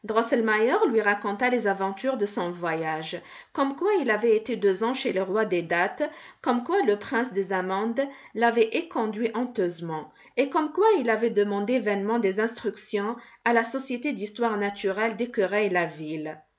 lui raconta les aventures de son voyage comme quoi il avait été deux ans chez le roi des dattes comme quoi le prince des amandes l'avait éconduit honteusement et comme quoi il avait demandé vainement des instructions à la société d'histoire naturelle